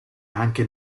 anche